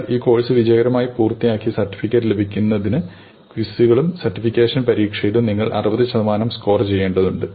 നിങ്ങൾ ഈ കോഴ്സ് വിജയകരമായി പൂർത്തിയാക്കിയ സർട്ടിഫിക്കറ്റ് ലഭിക്കുന്നതിന് ക്വിസുകളിലും സർട്ടിഫിക്കേഷൻ പരീക്ഷയിലും നിങ്ങൾ 60 ശതമാനം സ്കോർ ചെയ്യേണ്ടതുണ്ട്